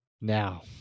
now